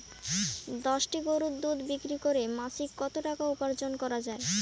দশটি গরুর দুধ বিক্রি করে মাসিক কত টাকা উপার্জন করা য়ায়?